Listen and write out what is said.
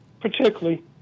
particularly